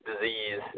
disease